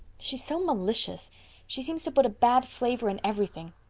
she's so malicious she seems to put a bad flavor in everything.